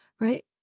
right